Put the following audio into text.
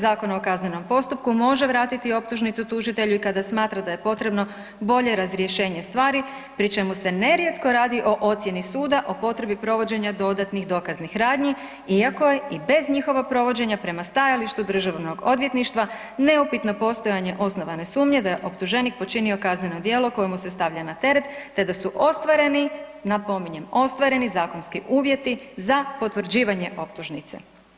Zakona o kaznenom postupku može vratiti optužnicu tužitelju i kada smatra da je potrebno bolje razrješenje stvari pri čemu se nerijetko radi o ocjeni suda o potrebi provođenja dodatnih dokaznih radnji iako je i bez njihovog provođenja prema stajalištu državnog odvjetništva neupitno postojanje osnovane sumnje da je optuženik počinio kazneno djelo koje mu se stavlja na teret te da ostvareni, napominjem ostvareni zakonski uvjeti za potvrđivanje optužnice.